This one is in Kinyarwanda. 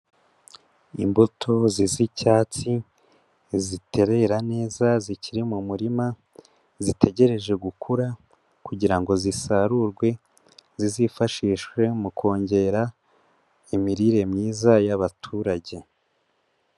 Imbuto zisa icyatsi zitarera neza zikiri mu murima, zitegereje gukura kugira ngo zisarurwe, zizifashishwe mu kongera imirire myiza y'abaturage.